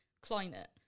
climate